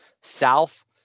South